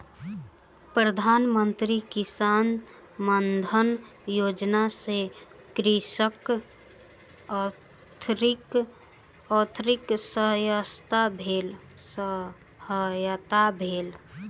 प्रधान मंत्री किसान मानधन योजना सॅ कृषकक आर्थिक सहायता भेल